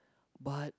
but